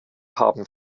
haben